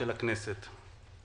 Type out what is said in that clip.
של הכנסת.